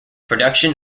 production